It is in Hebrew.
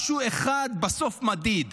משהו אחד שבסוף מדיד,